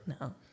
No